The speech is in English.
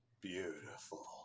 beautiful